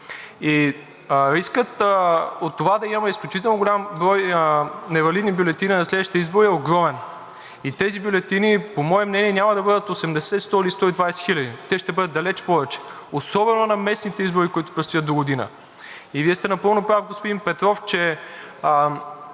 Рискът от това да имаме изключително голям брой невалидни бюлетини на следващите избори е огромен. И тези бюлетини по мое мнение няма да бъдат 80, 100 или 120 000. Те ще бъдат далеч повече. Особено на местните избори, които предстоят догодина. И Вие сте напълно прав, господин Петров, че